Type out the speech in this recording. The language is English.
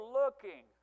looking